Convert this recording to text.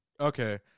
okay